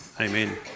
Amen